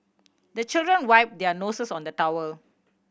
the children wipe their noses on the towel